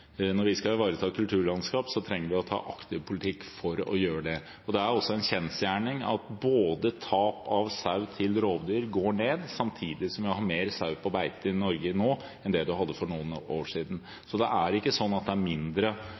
Når vi skal ivareta kulturlandskap, trenger vi en aktiv politikk for å gjøre det. Det er også en kjensgjerning at tap av sau til rovdyr går ned samtidig som vi har mer sau på beite i Norge nå enn vi hadde for noen år siden. Det er ikke sånn at det er mindre